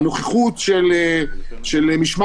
הנוכחות של משמר,